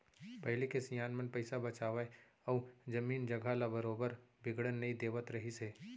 पहिली के सियान मन पइसा बचावय अउ जमीन जघा ल बरोबर बिगड़न नई देवत रहिस हे